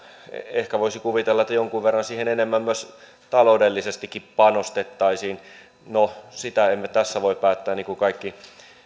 ehkä voisi kuvitella että siihen jonkun verran enemmän myös taloudellisesti panostettaisiin no sitä emme tässä voi päättää niin kuin kaikki